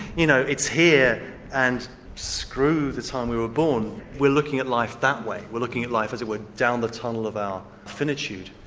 you know it's here and screw the time we were born, we're looking at life that way, we're looking at life as it were, down the tunnel of our finitude,